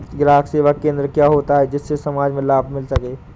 ग्राहक सेवा केंद्र क्या होता है जिससे समाज में लाभ मिल सके?